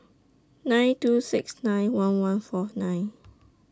nine two six nine one one four nine